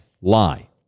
lie